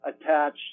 attach